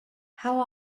how